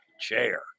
chair